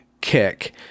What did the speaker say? kick